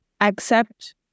accept